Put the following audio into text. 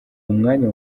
umwanya